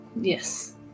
Yes